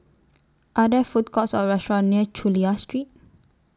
Are There Food Courts Or restaurants near Chulia Street